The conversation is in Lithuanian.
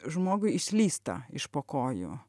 žmogui išslysta iš po kojų